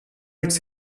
its